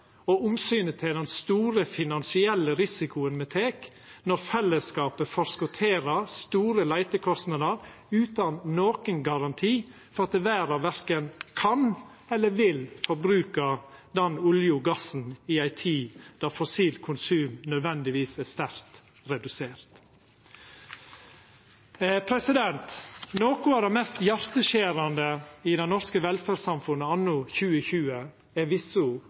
omsynet til den store finansielle risikoen me tek når fellesskapet forskoterer store leitekostnader utan nokon garanti for at verda verken kan eller vil forbruka den olja og gassen i ei tid då fossilt konsum nødvendigvis er sterkt redusert Noko av det mest hjarteskjerande i det norske velferdssamfunnet anno 2020 er